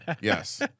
Yes